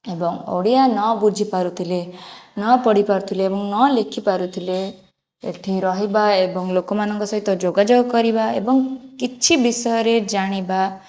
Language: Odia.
ଏବଂ ଓଡ଼ିଆ ନବୁଝିପାରୁଥିଲେ ନପଢ଼ିପାରୁଥିଲେ ଏବଂ ନଲେଖିପାରୁଥିଲେ ଏଠି ରହିବା ଏବଂ ଲୋକମାନଙ୍କ ସହିତ ଜୋଗାଜୋଗ କରିବା ଏବଂ କିଛି ବିଷୟରେ ଜାଣିବା